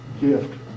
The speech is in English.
gift